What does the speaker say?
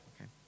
okay